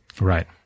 Right